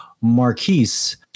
Marquise